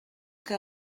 que